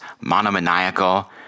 monomaniacal